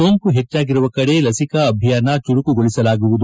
ಸೋಂಕು ಪೆಜ್ಚಾಗಿರುವ ಕಡೆ ಲಸಿಕಾ ಅಭಿಯಾನ ಚುರುಕುಗೊಳಿಸಲಾಗುವುದು